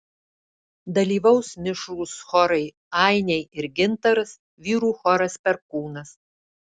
dalyvaus mišrūs chorai ainiai ir gintaras vyrų choras perkūnas